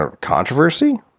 controversy